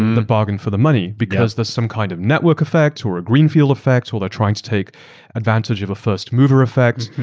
the bargain for the money because there's some kind of network effect, or a greenfield effect, or they're trying to take advantage of a first-mover effect,